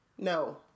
no